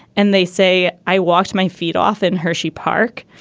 and they say i walked my feet off in hershey park.